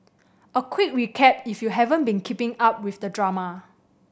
a quick recap if you haven't been keeping up with the drama